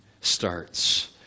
starts